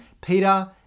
Peter